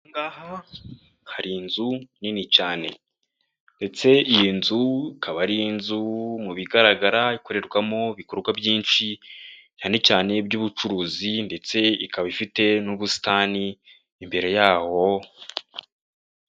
Aha ngaha hari inzu nini cyane ndetse iyi nzu ikaba ari inzu mu bigaragara ikorerwamo ibikorwa byinshi cyane cyane iby'ubucuruzi ndetse ikaba ifite n'ubusitani imbere yaho.